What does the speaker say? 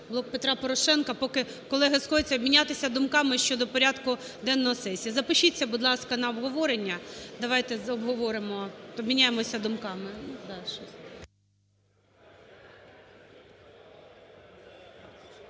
"Блок Петра Порошенка", поки колеги сходяться, обмінятися думками щодо порядку денного сесії. Запишіться, будь ласка, на обговорення. Давайте обговоримо, обміняємося думками.